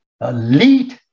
elite